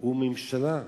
הוא ממשלה.